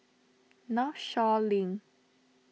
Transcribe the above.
Northshore Link